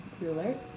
ruler